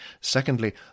Secondly